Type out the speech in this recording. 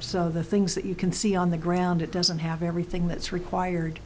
so the things that you can see on the ground it doesn't have everything that's required